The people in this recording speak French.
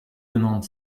demandes